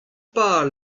pal